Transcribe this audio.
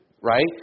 right